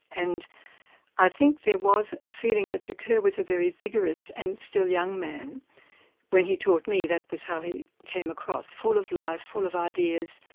and i think there was a feeling that ricoeur was a very vigorous and still young man when he taught me, that was how he came across, full of life, full of ideas,